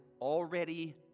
already